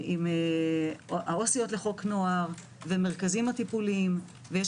העו"סיות לחוק נוער ומרכזים הטיפוליים ויש